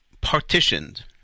partitioned